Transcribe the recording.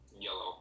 Yellow